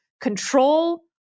control